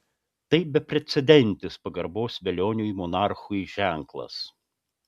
tai beprecedentis pagarbos velioniui monarchui ženklas